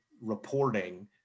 reporting